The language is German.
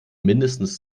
mindestens